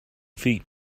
feet